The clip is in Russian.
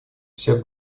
всех